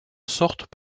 sortent